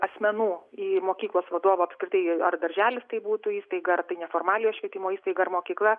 asmenų į mokyklos vadovą apskritai ar darželis tai būtų įstaiga ar neformaliojo švietimo įstaiga ar mokykla